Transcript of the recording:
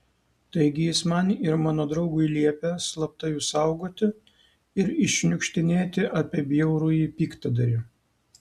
taigi jis man ir mano draugui liepė slapta jus saugoti ir iššniukštinėti apie bjaurųjį piktadarį